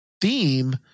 theme